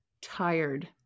tired